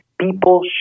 people